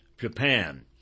Japan